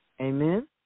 Amen